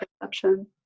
perception